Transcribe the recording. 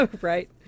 right